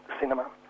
cinema